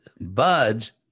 budge